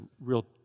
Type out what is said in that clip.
real